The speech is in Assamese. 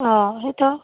অঁ সেইটো